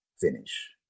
finish